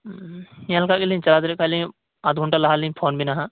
ᱧᱮᱞ ᱠᱟᱜ ᱜᱮᱞᱤᱧ ᱛᱟᱞᱦᱮ ᱛᱟᱞᱟ ᱴᱟᱲᱟᱝ ᱞᱟᱦᱟ ᱞᱤᱧ ᱯᱷᱳᱱᱟᱵᱮᱱᱟ ᱱᱟᱦᱟᱜ